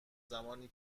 زمانی